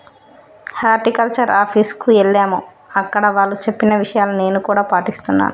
horticulture office కు ఎల్లాము అక్కడ వాళ్ళు చెప్పిన విషయాలు నేను కూడా పాటిస్తున్నాను